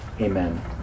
Amen